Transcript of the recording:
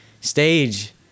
stage